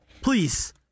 please